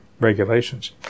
regulations